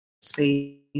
space